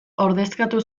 ordezkatu